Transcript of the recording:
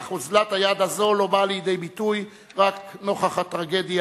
אך אוזלת היד הזאת לא באה לידי ביטוי רק נוכח הטרגדיה